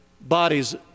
bodies